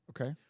Okay